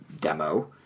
demo